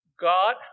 God